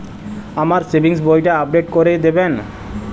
আমার সেভিংস বইটা আপডেট করে দেবেন?